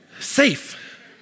safe